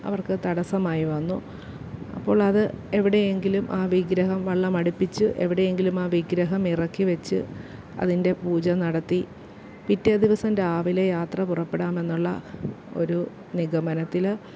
അവർക്ക് തടസ്സമായി വന്നു അപ്പോളത് എവിടെയെങ്കിലും ആ വിഗ്രഹം വള്ളം അടുപ്പിച്ച് എവിടെയെങ്കിലും ആ വിഗ്രഹം ഇറക്കി വെച്ച് അതിൻ്റെ പൂജ നടത്തി പിറ്റേ ദിവസം രാവിലെ യാത്ര പുറപ്പെടാമെന്നുള്ള ഒരു നിഗമനത്തിൽ